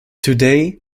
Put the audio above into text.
today